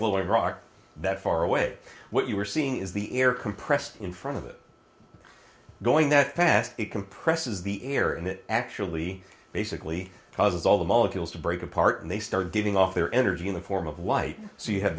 will iraq that far away what you are seeing is the air compressed in front of it going that past it compresses the air and it actually basically causes all the molecules to break apart and they start giving off their energy in the form of white so you have